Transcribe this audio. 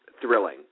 thrilling